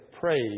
praise